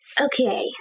Okay